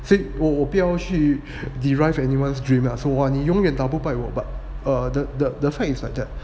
sic~ 我我不要去 deprive anyone's dream lah 说 !wah! 说话你永远打不败我 but uh the the the fact like that